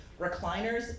recliners